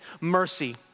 mercy